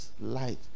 light